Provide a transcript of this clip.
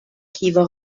kiewer